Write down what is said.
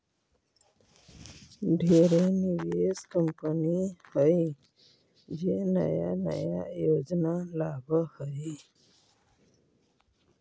ढेरे निवेश कंपनी हइ जे नया नया योजना लावऽ हइ